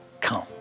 come